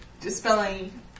dispelling